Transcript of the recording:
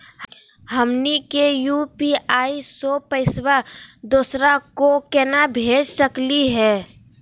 हमनी के यू.पी.आई स पैसवा दोसरा क केना भेज सकली हे?